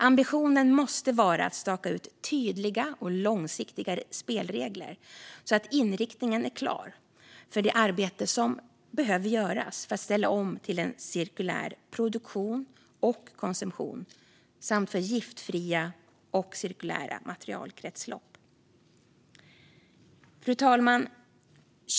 Ambitionen måste vara att staka ut tydliga och långsiktiga spelregler så att inriktningen är klar för det arbete som behöver göras för att ställa om till en cirkulär produktion och konsumtion samt för giftfria och cirkulära materialkretslopp. Fru talman!